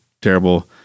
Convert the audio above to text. terrible